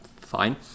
Fine